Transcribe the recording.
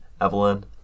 Evelyn